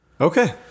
Okay